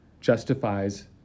justifies